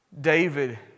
David